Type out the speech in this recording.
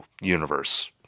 universe